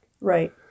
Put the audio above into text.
Right